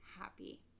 happy